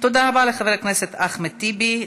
תודה רבה לחבר הכנסת אחמד טיבי.